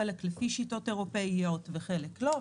חלק לפי שיטות אירופיות וחלק לא.